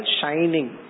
shining